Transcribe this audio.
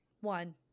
One